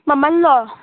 ꯃꯃꯜꯂꯣ